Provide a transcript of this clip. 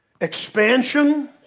Expansion